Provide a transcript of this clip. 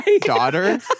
daughter